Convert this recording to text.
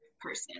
person